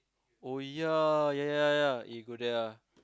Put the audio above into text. oh ya ya ya ya eh go there ah